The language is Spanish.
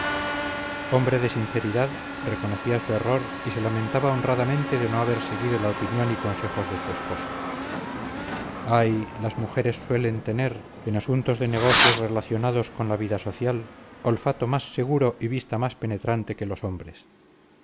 hombre de sinceridad reconocía su error y se lamentaba honradamente de no haber seguido la opinión y consejos de su esposa ay las mujeres suelen tener en asuntos de negocios relacionados con la vida social olfato más seguro y vista más penetrante que los hombres